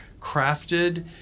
crafted